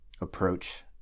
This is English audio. approach